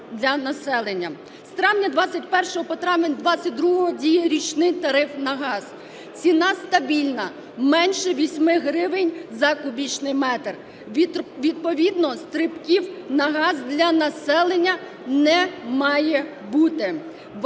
З травня 21-го по травень 22-го діє річний тариф на газ. Ціна стабільна – менше 8 гривень за кубічний метр. Відповідно стрибків на газ для населення не має бути.